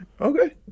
Okay